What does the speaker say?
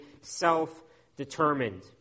self-determined